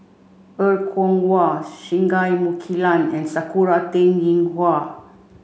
Er Kwong Wah Singai Mukilan and Sakura Teng Ying Hua